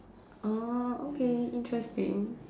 oh okay interesting